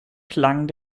klang